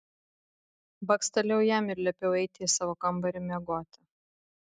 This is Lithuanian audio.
bakstelėjau jam ir liepiau eiti į savo kambarį miegoti